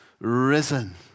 risen